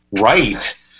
right